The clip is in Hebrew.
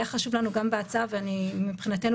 אם אני מבין נכון,